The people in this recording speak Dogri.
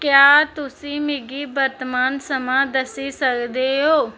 क्या तुस मिगी वर्तमान समां दस्सी सकदे ओ